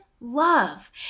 love